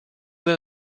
than